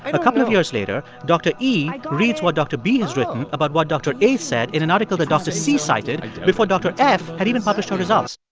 and a couple of years later, dr. e like reads what dr. b has written about what dr a said in an article that dr. c cited before dr. f had even published her results